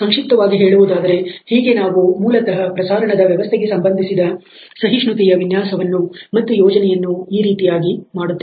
ಸಂಕ್ಷಿಪ್ತವಾಗಿ ಹೇಳುವುದಾದರೆ ಹೀಗೆ ನಾವು ಮೂಲತಹ ಪ್ರಸಾರಣದ ವ್ಯವಸ್ಥೆಗೆ ಸಂಬಂಧಿಸಿದ ಸಹಿಷ್ಣುತೆಯ ವಿನ್ಯಾಸವನ್ನು ಮತ್ತು ಯೋಜನೆಯನ್ನು ಈ ರೀತಿಯಾಗಿ ಮಾಡುತ್ತೇವೆ